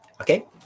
okay